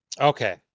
Okay